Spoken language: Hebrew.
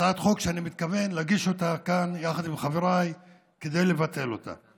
הצעת חוק שאני מתכוון להגיש אותה כאן יחד עם חבריי כדי לבטל אותה.